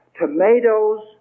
tomatoes